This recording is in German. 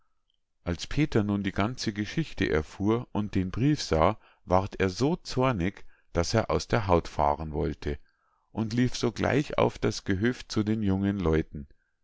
als peter nun die ganze geschichte erfuhr und den brief sah ward er so zornig daß er aus der haut fahren wollte und lief sogleich auf das gehöft zu den jungen leuten